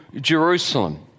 Jerusalem